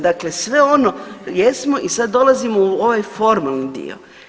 Dakle, sve ono jesmo i sad dolazimo u ovaj formalni dio.